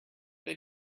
they